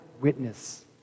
witness